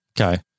Okay